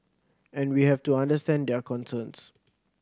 and we have to understand their concerns